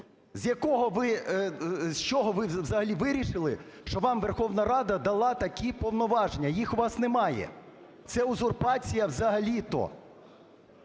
З якого ви... з чого ви взагалі вирішили, що вам Верховна Рада далі такі повноваження, їх у вас немає. Це узурпація взагалі-то